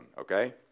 Okay